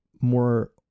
more